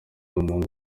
w’umuhungu